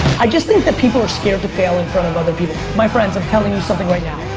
i just think that people are scared to fail in front of other people. my friends, i'm telling you something right now.